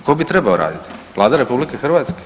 Tko bi trebao raditi, Vlada RH?